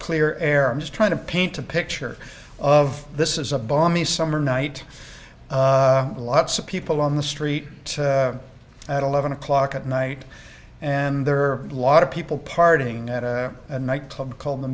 clear air i'm just trying to paint a picture of this is a balmy summer night lots of people on the street at eleven o'clock at night and there are a lot of people partying at a nightclub called the